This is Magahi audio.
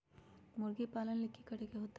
मुर्गी पालन ले कि करे के होतै?